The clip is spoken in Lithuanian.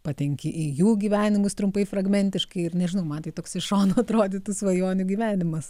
patenki į jų gyvenimus trumpai fragmentiškai ir nežinau man tai toks iš šono atrodytų svajonių gyvenimas